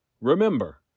Remember